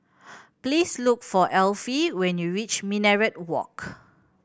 please look for Elfie when you reach Minaret Walk